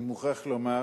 אני מוכרח לומר